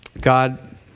God